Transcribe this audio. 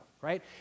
Right